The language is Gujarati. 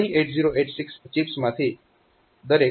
તો ઘણી 8086 ચિપ્સમાંથી દરેક એક માસ્ટર તરીકે કાર્ય કરી શકે છે